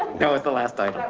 yeah like the last day.